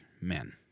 men